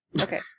Okay